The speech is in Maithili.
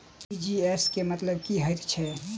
टी.जी.एस केँ मतलब की हएत छै?